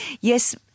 yes